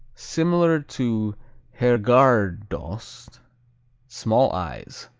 similar to herrgardsost. small eyes.